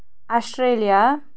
Australia